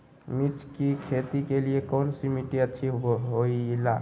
मिर्च की खेती के लिए कौन सी मिट्टी अच्छी होईला?